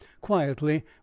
quietly